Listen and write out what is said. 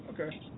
Okay